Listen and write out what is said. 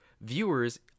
viewers